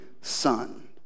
son